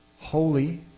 holy